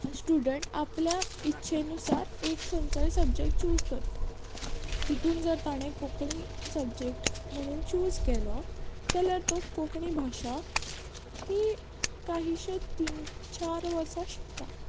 student आपल्या इच्छेनुसार एक खंयचोय सब्जॅक्ट चूज करता तितून जर ताणें कोंकणी सब्जॅक्ट म्हणून चूज केलो जाल्यार तो कोंकणी भाशा ही काहिशे तीन चार वर्सां शिकता